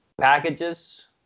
packages